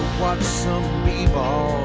watch some b-ball.